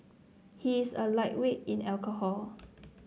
he is a lightweight in alcohol